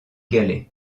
galets